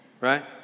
right